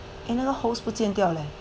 another host 不见掉 leh